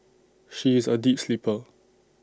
she is A deep sleeper